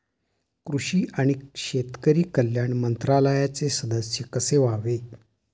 कृषी आणि शेतकरी कल्याण मंत्रालयाचे सदस्य कसे व्हावे?